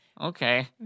Okay